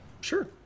Sure